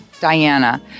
Diana